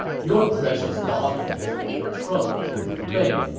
your precious daughter has been betrothed to liu bei,